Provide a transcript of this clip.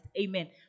Amen